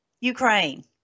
Ukraine